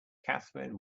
catherine